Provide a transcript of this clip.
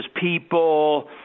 people